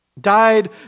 Died